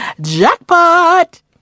jackpot